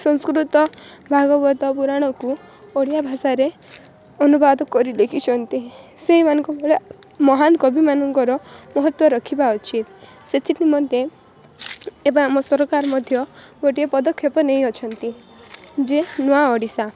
ସଂସ୍କୃତ ଭାଗବତ ପୁରାଣକୁ ଓଡ଼ିଆ ଭାଷାରେ ଅନୁବାଦ କରି ଲେଖିଛନ୍ତି ସେଇମାନଙ୍କ ଭଳିଆ ମହାନ କବି ମାନଙ୍କର ମହତ୍ତ୍ୱ ରଖିବା ଉଚିତ୍ ସେଥିରୁ ମୋତେ ଏବେ ଆମ ସରକାର ମଧ୍ୟ ଗୋଟିଏ ପଦକ୍ଷେପ ନେଇ ଅଛନ୍ତି ଯେ ନୂଆ ଓଡ଼ିଶା